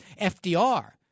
FDR